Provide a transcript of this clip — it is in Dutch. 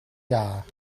jaar